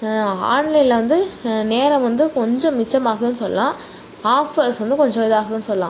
ஆன்லைனில் வந்து நேரம் வந்து கொஞ்சம் மிச்சமாகுதுன்னு சொல்லலாம் ஆஃபர்ஸ் கொஞ்சம் இதாகுதுன்னு சொல்லலாம்